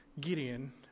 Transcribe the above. Gideon